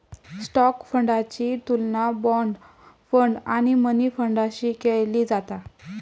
stock फंडाची तुलना bond fund आणि मनी फंडाशी केली जाता